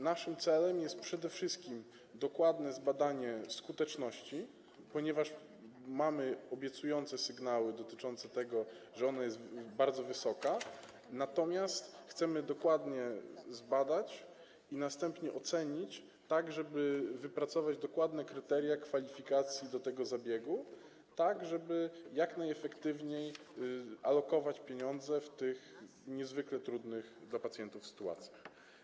Naszym celem jest przede wszystkim dokładne zbadanie skuteczności, ponieważ mamy obiecujące sygnały dotyczące tego, że ona jest bardzo wysoka, natomiast chcemy to dokładnie zbadać i następnie ocenić, tak żeby wypracować dokładne kryteria kwalifikacji do tego zabiegu, żeby jak najefektywniej alokować pieniądze w tych niezwykle trudnych dla pacjentów sytuacjach.